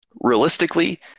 realistically